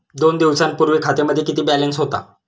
दोन दिवसांपूर्वी खात्यामध्ये किती बॅलन्स होता?